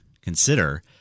consider